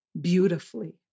beautifully